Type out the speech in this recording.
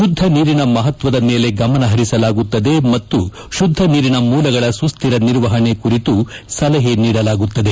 ಶುದ್ದ ನೀರಿನ ಮಹತ್ವದ ಮೇಲೆ ಗಮನ ಹರಿಸಲಾಗುತ್ತದೆ ಮತ್ತು ಶುದ್ದನೀರಿನ ಮೂಲಗಳ ಸುಸ್ವಿರ ನಿರ್ವಹಣೆ ಕುರಿತು ಸಲಹೆ ನೀಡಲಾಗುತ್ತದೆ